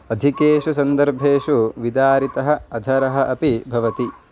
अधिकेषु सन्दर्भेषु विदारितः अधरः अपि भवति